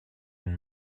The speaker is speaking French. une